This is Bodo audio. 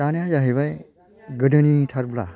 दानाया जाहैबाय गोदोनिथारब्ला